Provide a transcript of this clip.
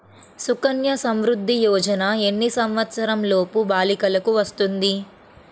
సుకన్య సంవృధ్ది యోజన ఎన్ని సంవత్సరంలోపు బాలికలకు వస్తుంది?